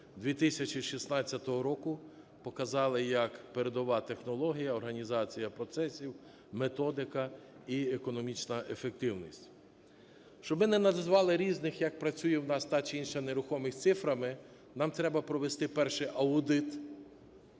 2016 року, показали як передова технологія, організація процесів, методика і економічна ефективність. Щоб ми не називали різних, як працює в нас та чи інша нерухомість, цифрами, нам треба провести перший аудит